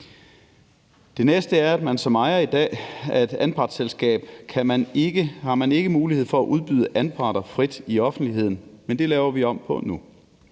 Det næste er, at man som ejer i dag af et anpartsselskab ikke har mulighed for at udbyde anparter frit i offentligheden, men det laver vi om på nu.